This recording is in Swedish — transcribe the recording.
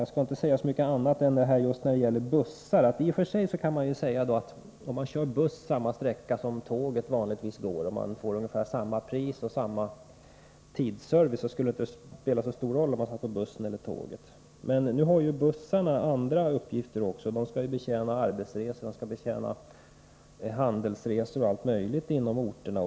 Jag skall inte säga mycket mer, men i fråga om bussar kan man naturligtvis hävda att om bussen kör samma sträcka som den tåget vanligtvis går, om man får samma pris och samma tidsservice, så skulle det inte spela så stor roll om man satt på bussen eller på tåget. Men nu har ju bussarna också andra uppgifter. De skall betjäna arbetsresande, handelsresande och allt möjligt inom orterna.